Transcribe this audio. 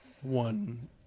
one